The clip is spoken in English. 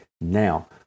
Now